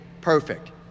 perfect